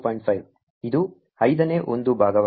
5 ಇದು ಐದನೇ ಒಂದು ಭಾಗವಾಗಿದೆ